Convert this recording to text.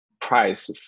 price